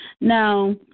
Now